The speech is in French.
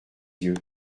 yeux